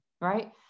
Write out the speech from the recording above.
right